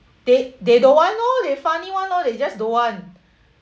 they they don't want [one] lor they funny [one] lor they just don't want